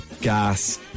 Gas